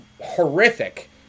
horrific